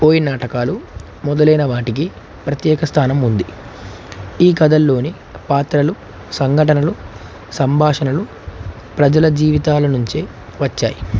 పోయి నాటకాలు మొదలైన వాటికి ప్రత్యేక స్థానం ఉంది ఈ కథల్లోని పాత్రలు సంఘటనలు సంభాషణలు ప్రజల జీవితాల నుంచే వచ్చాయి